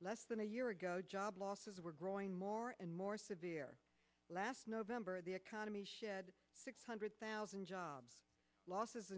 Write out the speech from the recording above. less than a year ago job losses were growing more and more severe last november the economy shed six hundred thousand job los